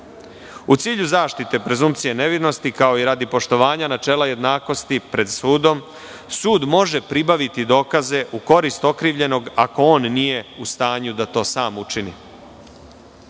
U cilju zaštite prezunkcije nevinosti, kao i radi poštovanja načela jednakosti pred sudom, sud može pribaviti dokaze u korist okrivljenog, ako on nije u stanju da to sam